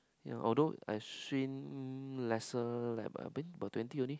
yea although I swim lesser like I think about twenty only